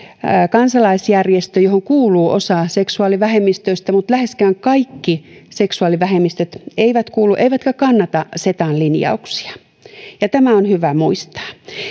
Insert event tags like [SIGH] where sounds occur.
kansalaisjärjestö johon kuuluu osa seksuaalivähemmistöistä mutta läheskään kaikki seksuaalivähemmistöt eivät kuulu siihen eivätkä kannata setan linjauksia [UNINTELLIGIBLE] [UNINTELLIGIBLE] [UNINTELLIGIBLE] ja tämä on hyvä muistaa